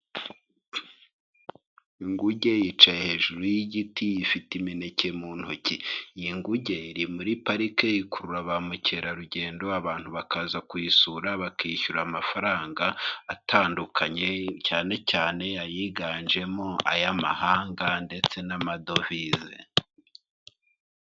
Inguge yicaye hejuru y'igiti ifite imineke mu ntoki, iyi nguge iri muri parike, ikurura ba mukerarugendo, abantu bakaza kuyisura bakishyura amafaranga atandukanye cyane cyane ayiganjemo ay'amahanga ndetse n'amadovize.